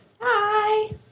Hi